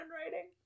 handwriting